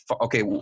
okay